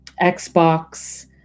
Xbox